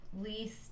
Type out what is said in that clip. least